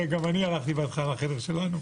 גם אני הלכתי בהתחלה לחדר שלנו,